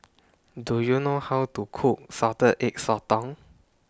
Do YOU know How to Cook Salted Egg Sotong